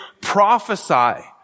prophesy